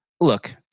Look